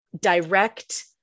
direct